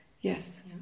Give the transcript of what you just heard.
Yes